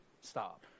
Stop